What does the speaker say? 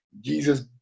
Jesus